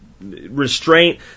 Restraint